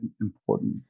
important